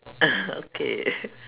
okay